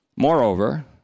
Moreover